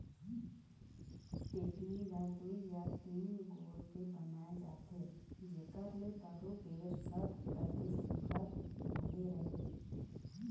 टेकनी ल दुई या तीन गोड़ के बनाए जाथे जेकर ले बरोबेर सब कती सुग्घर माढ़े रहें